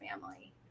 family